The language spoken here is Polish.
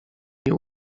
nie